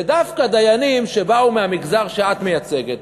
ודווקא דיינים שבאו מהמגזר שאת מייצגת,